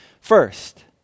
first